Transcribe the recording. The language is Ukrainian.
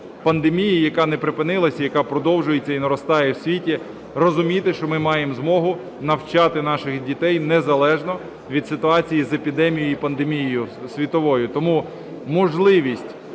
пандемії, яка не припинилася, яка продовжується і наростає в світі, розуміти, що ми маємо змогу навчати наших дітей незалежно від ситуації з епідемією і пандемією світовою. Тому можливість